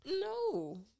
No